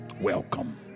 Welcome